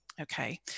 okay